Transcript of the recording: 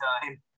time